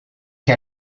che